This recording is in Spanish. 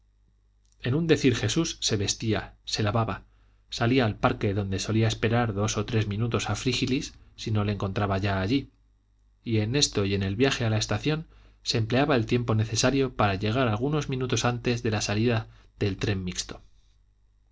en un decir jesús se vestía se lavaba salía al parque donde solía esperar dos o tres minutos a frígilis si no le encontraba ya allí y en esto y en el viaje a la estación se empleaba el tiempo necesario para llegar algunos minutos antes de la salida del tren mixto